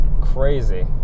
crazy